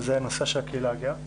וזה הנושא של הקהילה הגאה.